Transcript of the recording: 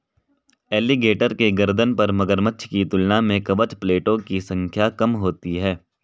alligator के गर्दन पर मगरमच्छ की तुलना में कवच प्लेटो की संख्या कम होती है